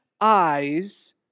eyes